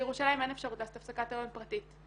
בירושלים אין אפשרות לעשות הפסקת הריון פרטית.